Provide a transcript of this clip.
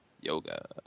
Yoga